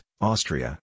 Austria